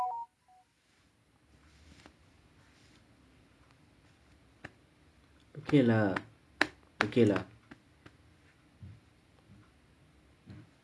okay lah okay lah